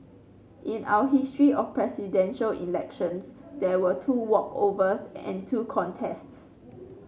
in our history of Presidential Elections there were two walkovers and two contests